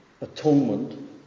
atonement